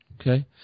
Okay